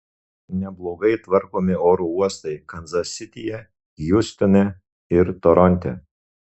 neblogai tvarkomi oro uostai kanzas sityje hjustone ir toronte